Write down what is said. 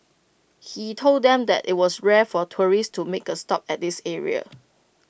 he told them that IT was rare for tourists to make A stop at this area